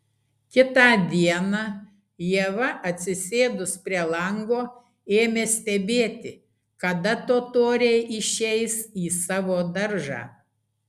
kitą dieną ieva atsisėdus prie lango ėmė stebėti kada totoriai išeis į savo daržą